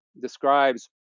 describes